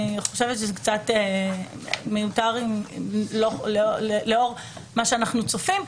אני חושבת שזה קצת מיותר לאור מה שאנחנו צופים,